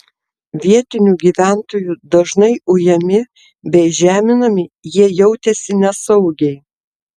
vietinių gyventojų dažnai ujami bei žeminami jie jautėsi nesaugiai